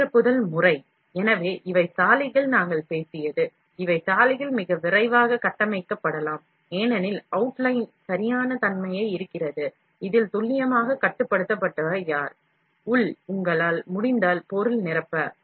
உள் நிரப்புதல் முறை எனவே இவை சாலைகள் நாங்கள் பேசியது இவை சாலைகள் மிக விரைவாக கட்டமைக்கப்படலாம் ஏனெனில் அவுட்லைன் சரியான தன்மையைக் குறிக்கிறது இதில் துல்லியமாக கட்டுப்படுத்தப்பட்டவர் யார் உள் உங்களால் முடிந்தால் பொருள் நிரப்ப